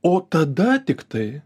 o tada tiktai